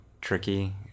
tricky